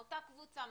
מאותה קבוצה,